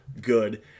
good